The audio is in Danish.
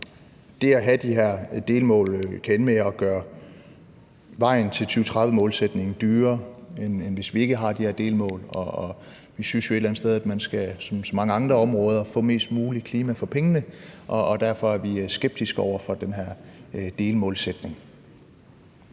Det at have de her delmål kan ende med at gøre vejen til 2030-målsætningen dyrere, end hvis vi ikke har de her delmål. Vi synes jo et eller andet sted, at man ligesom på så mange andre områder skal få mest muligt klima for pengene, og derfor er vi skeptiske over for de her delmål.